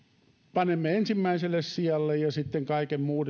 panemme ensimmäiselle sijalle ja sitten kaiken muun